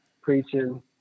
preaching